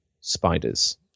spiders